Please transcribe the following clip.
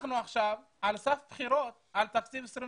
סגן השר לביטחון הפנים דסטה גדי יברקן: אין בעיה תקציבית,